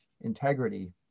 integrity